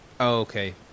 okay